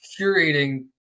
curating